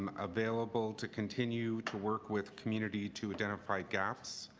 um available to continue to work with community to identify gaps.